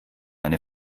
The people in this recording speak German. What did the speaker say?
eine